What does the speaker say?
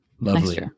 Lovely